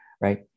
right